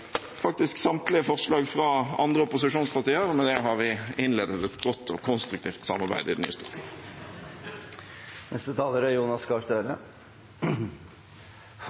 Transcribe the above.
faktisk samtlige forslag fra andre opposisjonspartier, og med det har vi innledet et godt og konstruktivt samarbeid i det nye Stortinget.